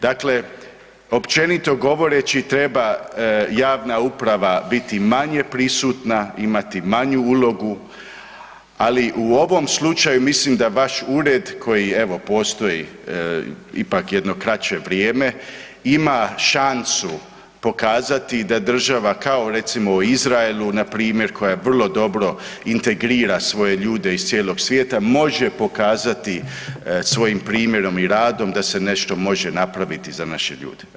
Dakle, općenito govoreći treba javna uprava biti manje prisutna, imati manju ulogu, ali u ovom slučaju mislim da vaš ured koji evo postoji ipak jedno kraće vrijeme ima šansu pokazati da država kao recimo u Izraelu npr. koja vrlo dobro integrira svoje ljude iz cijelog svijeta može pokazati svojim primjerom i radom da se nešto može napraviti za naše ljude.